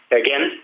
again